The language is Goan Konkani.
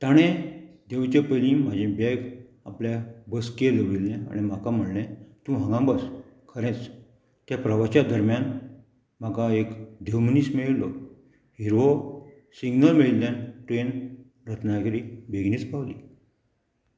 ताणें देवचे पयली म्हाजी बॅग आपल्या बसकेल दवरिल्ले आनी म्हाका म्हणलें तूं हांगा बस खरेंच त्या प्रवाशाच्या दर्म्यान म्हाका एक देव मनीस मेळिल्लो हिरवो सिग्नल मेळिल्ल्यान ट्रेन रत्नागिरी बेगीनच पावली